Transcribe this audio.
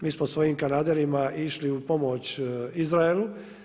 Mi smo svojim kanaderima išli u pomoć Izraelu.